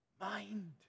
mind